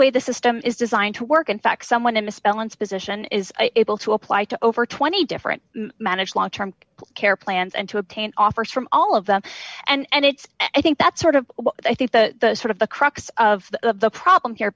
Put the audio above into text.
way the system is designed to work in fact someone in misspellings position is able to apply to over twenty different managed long term care plans and to obtain offers from all of them and it's i think that's sort of i think the sort of the crux of the problem here